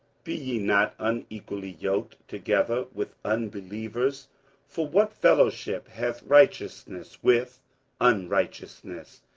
be ye not unequally yoked together with unbelievers for what fellowship hath righteousness with unrighteousness?